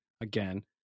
again